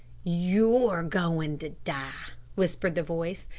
you're going to die, whispered the voice.